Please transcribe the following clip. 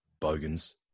bogans